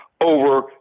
over